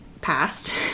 passed